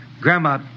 Grandma